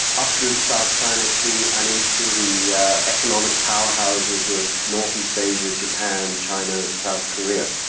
up through the south china sea and into the yeah economic powerhouses of northeast asia japan, china, south korea.